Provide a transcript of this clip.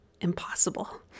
impossible